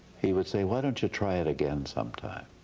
he would say, why don't you try it again sometime?